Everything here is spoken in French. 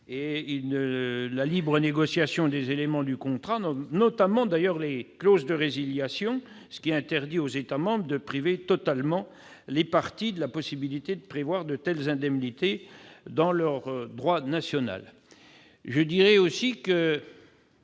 la libre négociation des éléments du contrat, notamment les clauses de résiliation, ce qui interdit aux États membres de priver totalement les parties de la possibilité de prévoir de telles indemnités dans leur droit national. Même si je